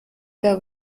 der